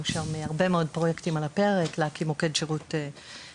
הרבה מאוד פרויקטים על הפרק: להקים מוקד שירות טלפוני,